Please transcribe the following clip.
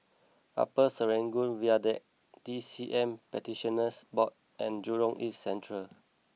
Upper Serangoon Viaduct T C M Practitioners Board and Jurong East Central